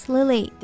Lily